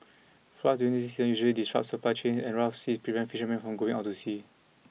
floods during this season usually disrupt supply chains and rough sea prevent fishermen from going out to sea